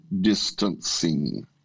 distancing